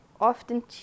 often